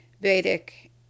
Vedic